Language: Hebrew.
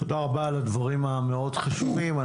תודה רבה על הדברים המאוד חשובים.